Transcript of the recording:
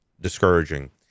discouraging